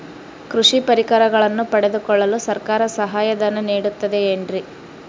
ಕೃಷಿ ಪರಿಕರಗಳನ್ನು ಪಡೆದುಕೊಳ್ಳಲು ಸರ್ಕಾರ ಸಹಾಯಧನ ನೇಡುತ್ತದೆ ಏನ್ರಿ?